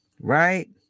right